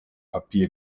papier